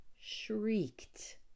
shrieked